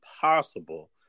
possible